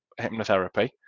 hypnotherapy